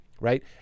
right